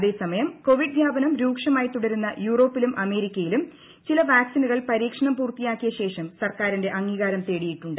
അതേസമയം കോവിഡ് വ്യാപനം രൂക്ഷമായി തുടരുന്ന യൂറോപ്പിലും അമേരിക്കയിലും ചില വാക്സിനുകൾ ട്രയൽ പൂർത്തിയാക്കിയ ശേഷം ഗവൺമെന്റിന്റെ അംഗീകാരം തേടിയിട്ടുണ്ട്